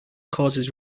causes